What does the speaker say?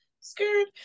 scared